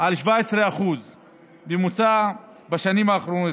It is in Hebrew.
על 17% בממוצע בשנים האחרונות.